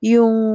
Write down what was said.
Yung